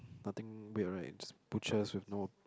nothing weird right just butchers with no